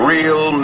Real